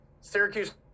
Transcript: Syracuse –